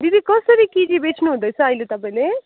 दिदी कसरी केजी बेच्नुहुँदैछ अहिले तपाईँले